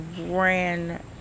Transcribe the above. ran